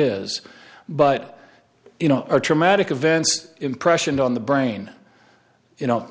is but you know a traumatic events impression on the brain you know